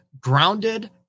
grounded